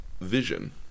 Vision